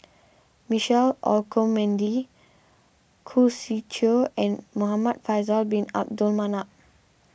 Michelle Olcomendy Khoo Swee Chiow and Muhamad Faisal Bin Abdul Manap